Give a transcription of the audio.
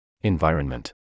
Environment